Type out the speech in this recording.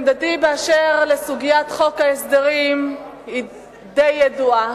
עמדתי בסוגיית חוק ההסדרים היא די ידועה.